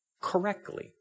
correctly